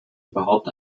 überhaupt